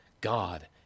God